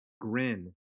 grin